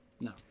No